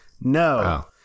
no